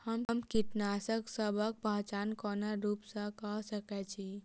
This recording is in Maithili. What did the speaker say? हम कीटसबक पहचान कोन रूप सँ क सके छी?